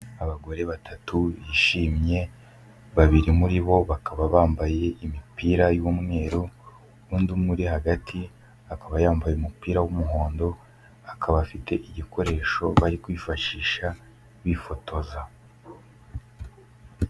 Abagore batatu bishimye, babiri muri bo bakaba bambaye imipira y'umweru, undi umwe uri hagati akaba yambaye umupira w'umuhondo, akaba afite igikoresho bari kwifashisha bifotoza.